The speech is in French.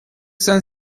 cent